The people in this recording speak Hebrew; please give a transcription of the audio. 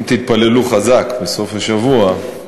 אם תתפללו חזק בסוף השבוע,